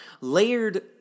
layered